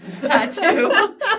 tattoo